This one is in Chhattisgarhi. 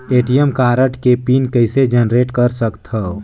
ए.टी.एम कारड के पिन कइसे जनरेट कर सकथव?